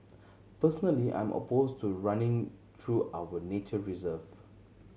personally I'm opposed to running through our nature reserve